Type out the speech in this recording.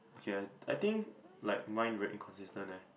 okay I I think like mine very inconsistent eh